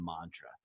mantra